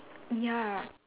ya